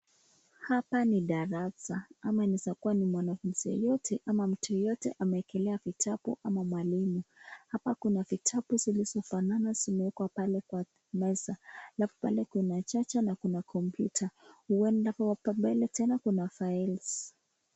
Hapa ni darasa ama inaeza kuwa ni mwanafunzi yoyote ama mtu yoyote ameekelea vitabu ama mwalinu. Hapa kuna vitabu zilizofanana zimewekelewa kwa meza na pale kuna chache na kuna kompyuta .Huenda hapo mbele tena kuna files .